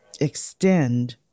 extend